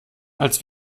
als